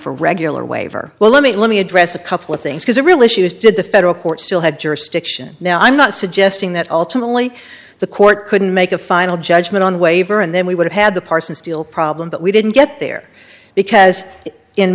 for regular waiver well let me let me address a couple of things because the real issue is did the federal court still have jurisdiction now i'm not suggesting that ultimately the court couldn't make a final judgment on waiver and then we would have had the parson still problem but we didn't get there because in